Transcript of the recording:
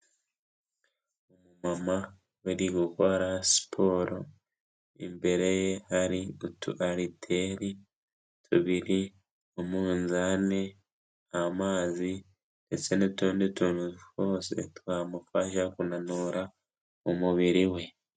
Mama bari gukora siporo imbere ye hari utu ariteri tubiri, umunzani, amazi ndetse n'utundi tuntu twose twamufasha kunanura umubiri we.